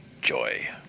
joy